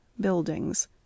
buildings